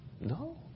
No